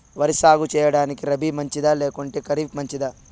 వరి సాగు సేయడానికి రబి మంచిదా లేకుంటే ఖరీఫ్ మంచిదా